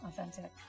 authentic